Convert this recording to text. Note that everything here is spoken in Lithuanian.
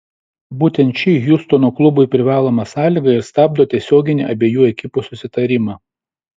būtent ši hjustono klubui privaloma sąlyga ir stabdo tiesioginį abiejų ekipų susitarimą